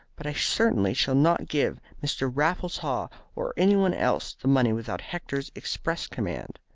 but i certainly shall not give mr. raffles haw or anyone else the money without hector's express command.